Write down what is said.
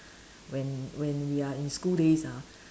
when when we are in school days ah